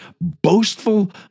boastful